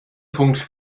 punkt